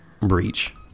breach